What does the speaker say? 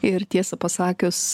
ir tiesą pasakius